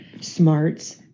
smarts